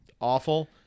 awful